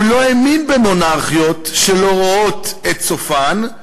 הוא לא האמין במונרכיות שלא רואות את סופן,